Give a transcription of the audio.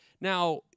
Now-